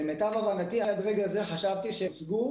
למיטב הבנתי עד רגע זה חשבתי שהם קיבלו